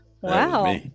wow